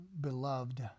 beloved